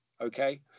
okay